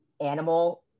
animal